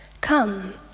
come